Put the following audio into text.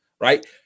right